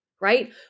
right